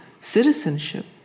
citizenship